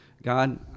God